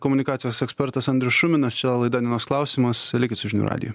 komunikacijos ekspertas andrius šuminas čia laida dienos klausimas likit su žinių radiju